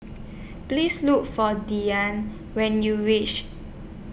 Please Look For when YOU wish